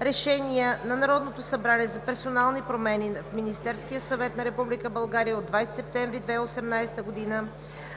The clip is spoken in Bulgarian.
Решения на Народното събрание за персонални промени в Министерския съвет на Република България от 20 септември 2018 г.